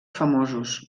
famosos